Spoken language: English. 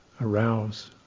arouse